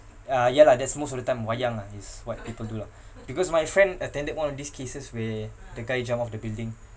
ah ya lah that's most of the time wayang lah is what people do lah because my friend attended one of these cases where the guy jumped off the building